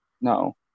No